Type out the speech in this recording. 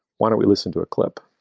why don't we listen to a clip?